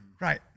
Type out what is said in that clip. Right